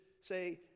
say